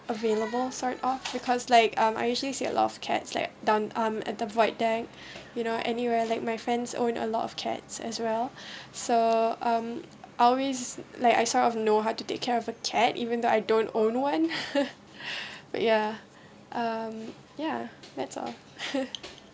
available sort of because like um I usually see a lot of cats like down um at the void deck you know anywhere like my friends own a lot of cats as well so um I always like I sort of know how to take care of a cat even though I don't own one ya um ya that's all